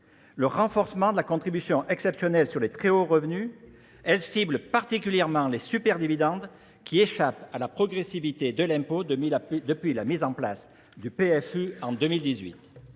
Le renforcement de la contribution exceptionnelle sur les très hauts revenus, elle cible particulièrement les superdividendes qui échappent à la progressivité de l'impôt depuis la mise en place du PFE en 2018.